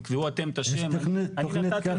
תקבעו אתם את השם, אני נתתי מספר.